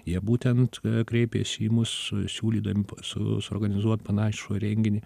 jie būtent kreipėsi į mus siūlydami su suorganizuot panašų renginį